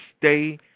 stay